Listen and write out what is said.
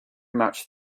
much